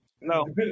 no